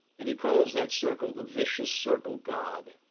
and he calls that circle, the vicious circle god.